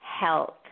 health